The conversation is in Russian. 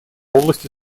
области